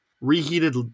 reheated